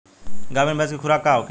गाभिन भैंस के खुराक का होखे?